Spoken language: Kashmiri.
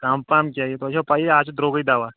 کَم پَہَم کیٛاہ یہِ تۄہہِ چھو پَییی آز چھِ درٛوگُے دَوا